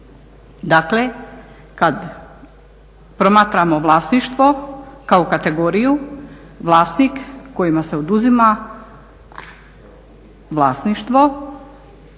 Dakle, kad promatramo vlasništvo kao kategoriju vlasnik kojima se oduzima vlasništvo,